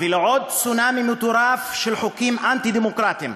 ולעוד צונאמי מטורף של חוקים אנטי-דמוקרטיים,